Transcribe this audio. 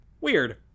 weird